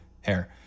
hair